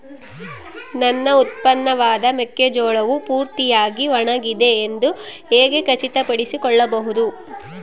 ನನ್ನ ಉತ್ಪನ್ನವಾದ ಮೆಕ್ಕೆಜೋಳವು ಪೂರ್ತಿಯಾಗಿ ಒಣಗಿದೆ ಎಂದು ಹೇಗೆ ಖಚಿತಪಡಿಸಿಕೊಳ್ಳಬಹುದು?